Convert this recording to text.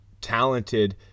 talented